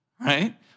right